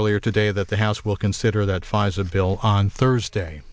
earlier today that the house will consider that phase a bill on thursday